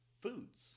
foods